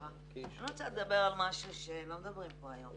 אני רוצה לדבר על משהו שלא מדברים עליו כאן היום,